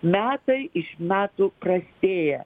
metai iš metų prastėja